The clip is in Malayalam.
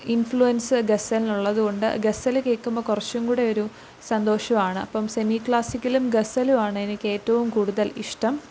ഇൻഫ്ലുവൻസ് ഗസലിനുള്ളതുകൊണ്ട് ഗസൽ കേൾക്കുമ്പം കുറച്ചും കൂടിയൊരു സന്തോഷമാണ് അപ്പം സെമീ ക്ലാസ്സിക്കലും ഗസലുവാണെനിക്കേറ്റവും കൂടുതൽ ഇഷ്ടം